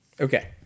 Okay